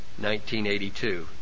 1982